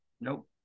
Nope